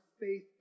faith